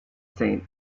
saint